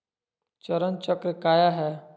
चरण चक्र काया है?